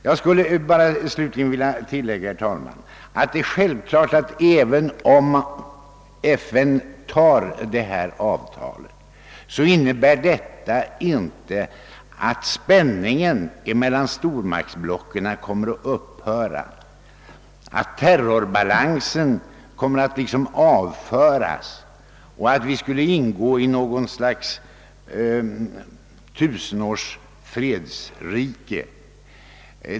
Jag skulle slutligen vilja tillägga, herr talman, att det är självklart att ett antagande av det aktuella avtalet i FN inte kommer att innebära att spänningen mellan stormaktsblocken upphör, att terrorbalansen tonas ned och att vi skulle ingå i ett tusenårigt fredsrike.